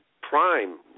prime